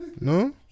No